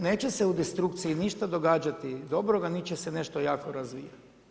Neće se u destrukciji ništa događati dobroga niti će se nešto jako razvijati.